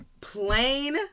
plain-